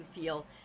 feel